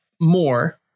more